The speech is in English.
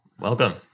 Welcome